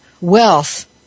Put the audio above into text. wealth